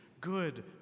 good